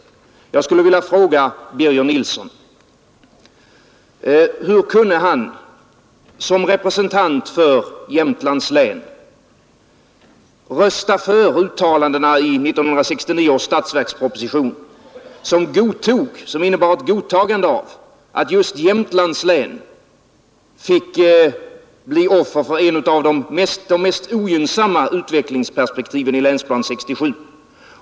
Jag skulle vilja fråga Birger Nilsson: Hur kunde han som representant för Jämtlands län rösta för uttalandena i 1969 års statsverksproposition, som innebar ett godtagande av att just Jämtlands län blev offer för ett av de mest ogynnsamma utvecklingsperspektiven i Länsplan 67?